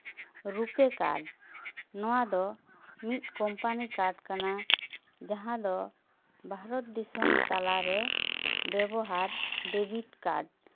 RuPay card ᱱᱚᱣᱟ ᱫᱚ ᱢᱤᱫ ᱠᱳᱢᱯᱟᱱᱤ ᱠᱟᱨᱰ ᱠᱟᱱᱟ ᱡᱟᱦᱟᱸ ᱫᱚ ᱵᱷᱟᱨᱚᱛ ᱫᱤᱥᱚᱢ ᱛᱟᱞᱟᱨᱮ ᱵᱮᱵᱚᱦᱟᱨ ᱰᱮᱵᱤᱴ ᱠᱟᱨᱰ